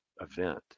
event